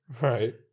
Right